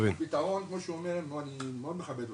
הפתרון, כמו שאתה אומר, אני מאוד מכבד אותך,